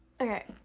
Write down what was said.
okay